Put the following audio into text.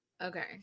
Okay